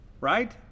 Right